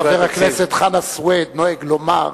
חבר הכנסת חנא סוייד נוהג לומר,